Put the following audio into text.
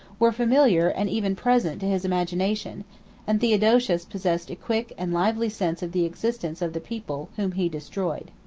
were familiar, and even present, to his imagination and theodosius possessed a quick and lively sense of the existence of the people whom he destroyed.